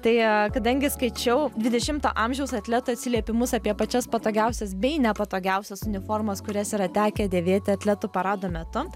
tai a kadangi skaičiau dvidešimto amžiaus atletų atsiliepimus apie pačias patogiausias bei nepatogiausias uniformas kurias yra tekę dėvėti atletų parado metu